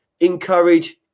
encourage